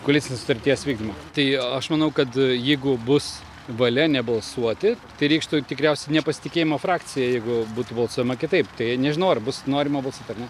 koalicinės sutarties vykdymo tai aš manau kad jeigu bus valia nebalsuoti tai reikštų tikriausiai nepasitikėjimą frakcija jeigu būtų balsuojama kitaip tai nežinau ar bus norima balsuot ar ne